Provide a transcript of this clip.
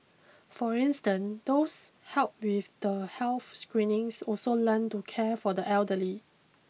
for instance those helped with the health screenings also learnt to care for the elderly